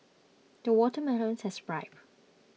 the watermelons has ripened